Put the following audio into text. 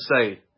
say